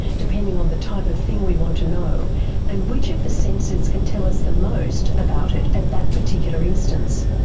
depending on the type of thing we want to know and which of the senses can tell us the most about it at that particular instance.